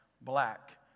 black